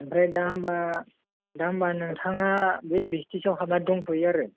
ओमफ्राय दा होमबा दा होमबा नोंथाङा बे बिसतिसआव हाबनानै दंथयो आरो